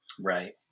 Right